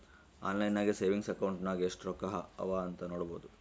online ನಾಗೆ savings account ನಾಗ್ ಎಸ್ಟ್ ರೊಕ್ಕಾ ಅವಾ ಅಂತ್ ನೋಡ್ಬೋದು